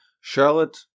Charlotte